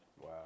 Wow